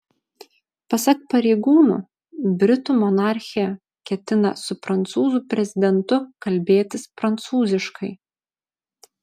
pasak pareigūnų britų monarchė ketina su prancūzų prezidentu kalbėtis prancūziškai